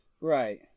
Right